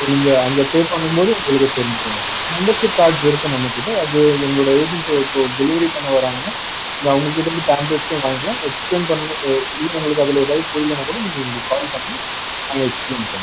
so நீங்கள் அங்கே pay பண்ணும்போது உங்களுக்கு தெரிஞ்சுரும் அது மெம்பர்ஷிப் கார்ட்ஸ் இருக்குது நம்மகிட்ட அது எங்களோடய ஏஜென்சி இப்போது டெலிவரி பண்ண வராங்கனால் அவங்ககிட்டேருந்து டேப்லெட்ஸும் வாங்கிக்கலாம் எக்ஸ்பிளைன் பண்ணணும் இல்லை உங்களுக்கு அதில் ஏதாவது புரியலைனா கூட நீங்கள் எங்களுக்கு கால் பண்ணி நாங்கள் எக்ஸ்பிளைன் பண்ணுவோம்